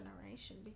generation